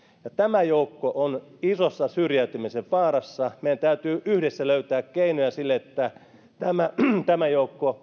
tämä joukko on isossa syrjäytymisen vaarassa meidän täytyy yhdessä löytää keinoja siihen että tämä joukko